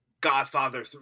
Godfather